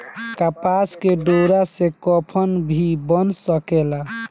कपास के डोरा से कफन भी बन सकेला